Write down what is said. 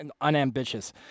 unambitious